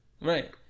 Right